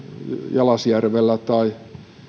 jalasjärvellä tai